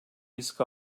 risk